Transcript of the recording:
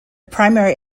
primary